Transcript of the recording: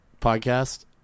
podcast